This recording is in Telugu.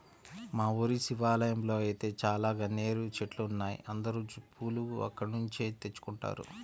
మా ఊరి శివాలయంలో ఐతే చాలా గన్నేరు చెట్లున్నాయ్, అందరూ పూలు అక్కడ్నుంచే తెచ్చుకుంటారు